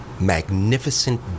magnificent